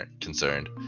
concerned